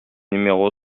numéro